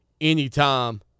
anytime